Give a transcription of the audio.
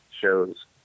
shows